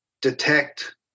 detect